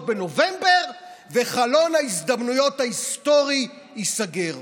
בנובמבר וחלון ההזדמנויות ההיסטורי ייסגר.